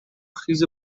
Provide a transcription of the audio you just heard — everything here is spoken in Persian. خیز